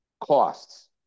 costs